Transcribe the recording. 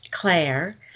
Claire